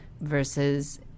versus